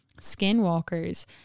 skinwalkers